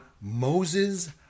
Moses